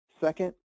Second